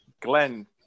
Glenn